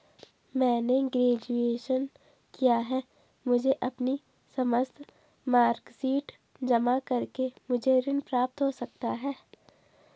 मैंने ग्रेजुएशन किया है मुझे अपनी समस्त मार्कशीट जमा करके मुझे ऋण प्राप्त हो सकता है?